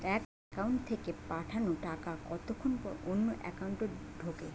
এক একাউন্ট থেকে পাঠানো টাকা কতক্ষন পর অন্য একাউন্টে ঢোকে?